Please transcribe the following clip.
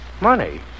Money